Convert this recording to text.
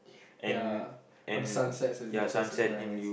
ya all the sunsets at the beaches is nice